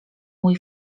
mój